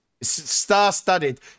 star-studded